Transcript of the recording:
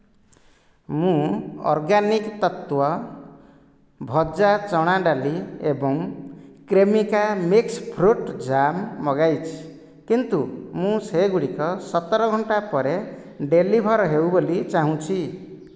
ମୁଁ ଅର୍ଗାନିକ୍ ତତ୍ତ୍ଵ ଭଜା ଚଣା ଡାଲି ଏବଂ କ୍ରେମିକା ମିକ୍ସ୍ ଫ୍ରୁଟ୍ ଜାମ୍ ମଗାଇଛି କିନ୍ତୁ ମୁଁ ସେଗୁଡ଼ିକ ସତର ଘଣ୍ଟା ପରେ ଡେଲିଭର୍ ହେଉ ବୋଲି ଚାହୁଁଛି